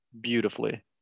beautifully